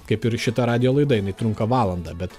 kaip ir šita radijo laida jinai trunka valandą bet